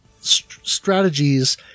strategies